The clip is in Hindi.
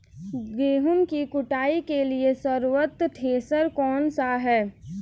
गेहूँ की कुटाई के लिए सर्वोत्तम थ्रेसर कौनसा है?